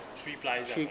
three ply 这样 ah